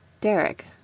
Derek